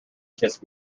kissed